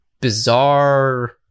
bizarre